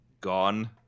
gone